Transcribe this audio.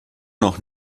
noch